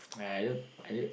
uh I don't I don't